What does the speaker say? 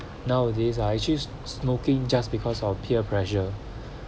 nowadays ah actually smoking just because of peer pressure